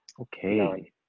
Okay